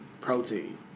protein